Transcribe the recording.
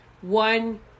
one